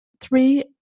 three